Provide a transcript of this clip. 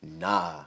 nah